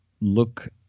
look